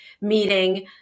meeting